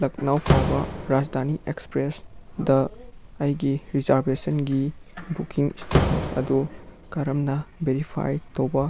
ꯂꯛꯅꯧ ꯐꯥꯎꯕ ꯔꯥꯖꯗꯥꯅꯤ ꯑꯦꯛꯁꯄ꯭ꯔꯦꯁꯗ ꯑꯩꯒꯤ ꯔꯤꯖꯥꯔꯕꯦꯁꯟꯒꯤ ꯕꯨꯛꯀꯤꯡ ꯏꯁꯇꯦꯇꯁ ꯑꯗꯨ ꯀꯔꯝꯅ ꯕꯦꯔꯤꯐꯥꯏ ꯇꯧꯕ